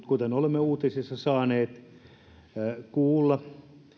kuten olemme uutisista saaneet kuulla